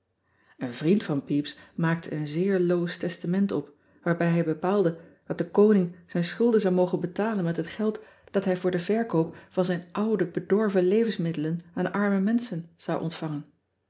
en vriend van epys maakte een zeer loos testament op waarbij hij bepaalde dat de oning zijn schulden zou mogen betalen met het geld dat hij voor den verkoop ean ebster adertje angbeen van zijn oude bedorven levensmiddelen aan arme menschen zou ontvangen